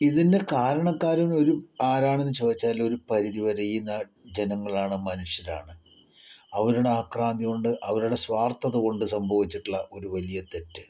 ഇതിന്റെ കാരണക്കാരൻ ഒരു ആരാണെന്നു ചോദിച്ചാൽ ഒരു പരിധിവരെ ഈ നാട്ടിലെ ജനങ്ങളാണ് മനുഷ്യരാണ് അവരുടെ ആക്രാന്തികൊണ്ട് അവരുടെ സ്വാർത്ഥതകൊണ്ട് സംഭവിച്ചിട്ടുള്ള ഒരു വലിയ തെറ്റ്